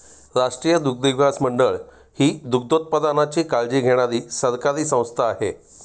राष्ट्रीय दुग्धविकास मंडळ ही दुग्धोत्पादनाची काळजी घेणारी सरकारी संस्था आहे